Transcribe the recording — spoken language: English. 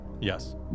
Yes